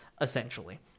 essentially